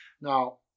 Now